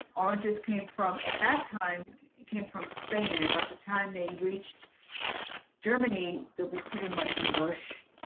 or just came from. at that time it came from spain about the time they reached germany that we pretty much mush.